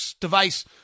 device